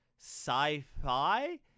Sci-fi